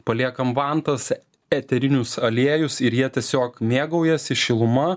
paliekam vantas eterinius aliejus ir jie tiesiog mėgaujasi šiluma